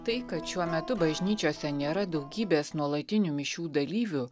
tai kad šiuo metu bažnyčiose nėra daugybės nuolatinių mišių dalyvių